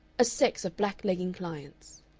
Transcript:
a sex of blacklegging clients.